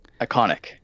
iconic